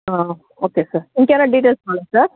okay sir ఇంకేమైనా details కావాలా sir